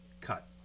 cut